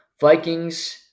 Vikings